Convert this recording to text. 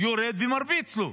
יורד ומרביץ לו.